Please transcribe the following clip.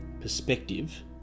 perspective